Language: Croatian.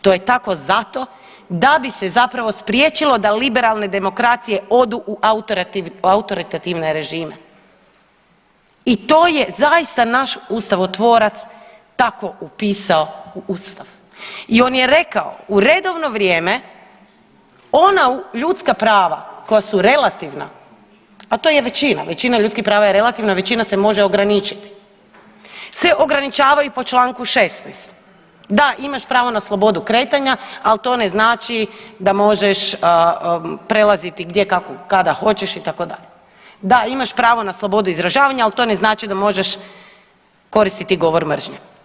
To je tako zato da bi se zapravo spriječilo da liberalne demokracije odu u autoritativne režime i to je zaista naš ustavotvorac tako upisao u Ustav i on je rekao u redovno vrijeme ona ljudska prava koja su relativna a to je većina, većina ljudskih je relativna, većina se može ograničiti se ograničavaju po članku 16. da imaš pravo na slobodu kretanja ali to ne znači da možeš prelaziti gdje kada hoćeš itd., da imaš pravo na slobodu izražavanja ali to ne znači da možeš koristiti govor mržnje.